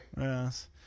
Yes